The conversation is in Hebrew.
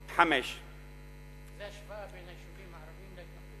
5. זו השוואה בין היישובים הערביים להתנחלויות.